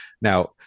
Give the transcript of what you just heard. Now